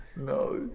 No